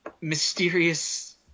mysterious